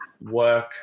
work